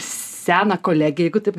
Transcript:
seną kolegę jeigu taip